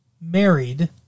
married